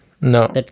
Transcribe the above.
No